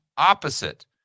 opposite